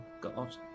god